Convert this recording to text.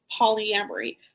polyamory